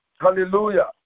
Hallelujah